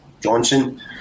Johnson